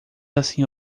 assim